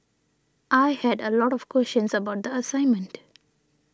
I had a lot of questions about the assignment